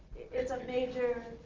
it's a major.